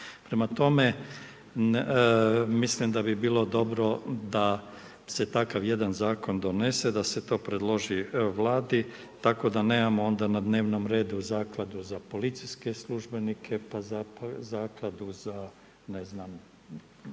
Prema tome, mislim da bi bilo dobro da se takav jedan Zakon donese, da se to predloži Vladi, tako da nemamo onda na dnevnom redu Zakladu za policijske službenike, pa Zakladu za ne znam,